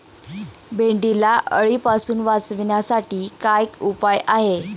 भेंडीला अळीपासून वाचवण्यासाठी काय उपाय आहे?